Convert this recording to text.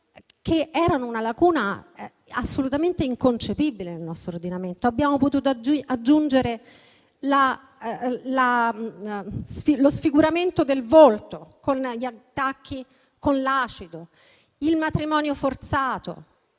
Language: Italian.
rispetto a lacune assolutamente inconcepibili del nostro ordinamento. Abbiamo potuto aggiungere lo sfiguramento del volto con gli attacchi con l'acido, il matrimonio forzato